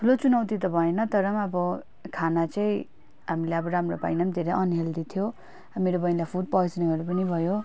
ठुलो चुनौति त भएन तर पनि अब खाना चाहिँ हामीले अब राम्रो पाएनौँ धेरै अनहेल्दी थियो मेरो बहिनीलाई फुड पोइजनिङहरू पनि भयो